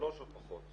שלוש או פחות?